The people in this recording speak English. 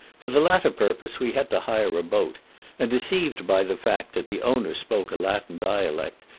for the latter purpose we had to hire a boat and deceived by the fact that the owner spoke a latin dialect,